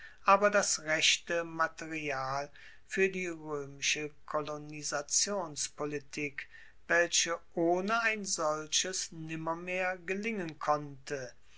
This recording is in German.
aber das rechte material fuer die roemische kolonisationspolitik welche ohne ein solches nimmermehr gelingen konnte